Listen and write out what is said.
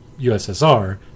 USSR